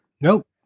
Nope